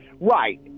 Right